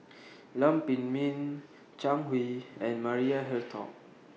Lam Pin Min Zhang Hui and Maria Hertogh